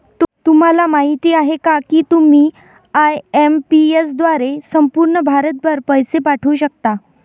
तुम्हाला माहिती आहे का की तुम्ही आय.एम.पी.एस द्वारे संपूर्ण भारतभर पैसे पाठवू शकता